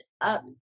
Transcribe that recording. up